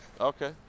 okay